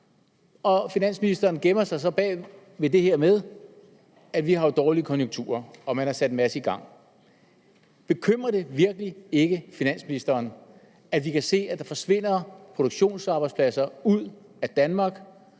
Finansministeren gemmer sig så bag ved det her med, at vi jo har dårlige konjunkturer, og at man har sat en masse i gang. Bekymrer det virkelig ikke finansministeren, at vi kan se, at der forsvinder produktionsarbejdspladser ud af Danmark,